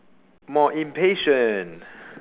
more impatient